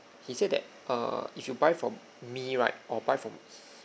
he said that err if you buy from me right or buy from